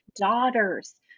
daughters